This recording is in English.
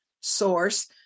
source